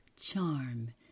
charm